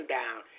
down